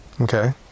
Okay